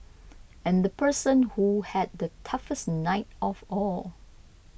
and the person who had the toughest night of all